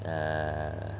err